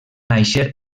nàixer